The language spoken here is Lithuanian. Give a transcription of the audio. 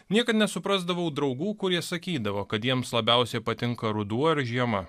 niekad nesuprasdavau draugų kurie sakydavo kad jiems labiausiai patinka ruduo ar žiema